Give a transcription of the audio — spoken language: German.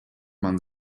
man